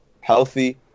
healthy